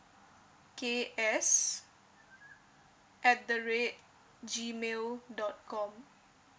K S at the ra~ G mail dot com